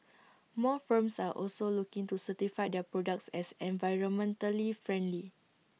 more firms are also looking to certify their products as environmentally friendly